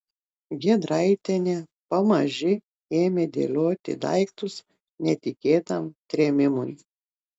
giedraitienė pamaži ėmė dėlioti daiktus netikėtam trėmimui